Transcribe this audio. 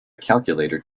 calculator